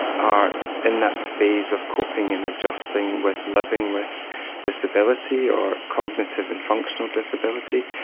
are in that phase of coping and adjusting with living with disability or cognitive and functional disability.